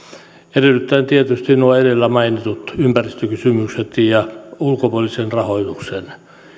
edellyttäen tietysti nuo edellä mainitut ympäristökysymykset ja ulkopuolisen rahoituksen